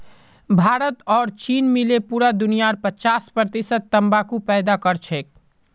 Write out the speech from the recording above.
भारत और चीन मिले पूरा दुनियार पचास प्रतिशत तंबाकू पैदा करछेक